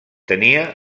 tenia